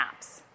apps